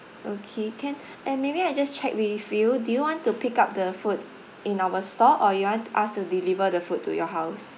okay can and maybe I just check with you do you want to pick up the food in our store or you want us to deliver the food to your house